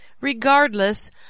Regardless